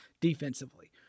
defensively